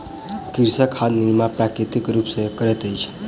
कृषक खाद निर्माण प्राकृतिक रूप सॅ करैत अछि